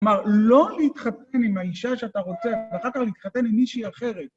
כלומר, לא להתחתן עם האישה שאתה רוצה, ואחר כך להתחתן עם מישהי אחרת.